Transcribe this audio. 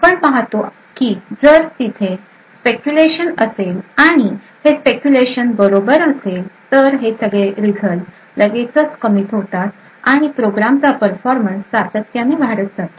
आपण पाहतो की जर तिथे स्पेक्युलेशन असेल आणि हे स्पेक्युलेशन बरोबर असेल तर हे सगळे रिझल्ट लगेच कमिट होतात आणि प्रोग्रामचा परफॉर्मन्स सातत्याने वाढत जातो